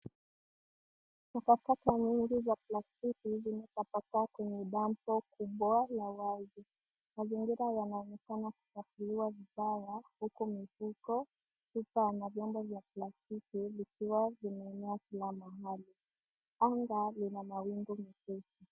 Takataka nyingi za plastiki zimetapakaa kwenye dambo kubwa la wazi. Mazingira yanaonekana kuchafuliwa vibaya, huku mifuko, chupa, na vyombo vya plastiki, vikiwa vimeenea kila mahali. Anga lina mawingu mepesi.